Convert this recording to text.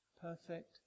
perfect